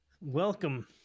Welcome